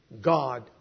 God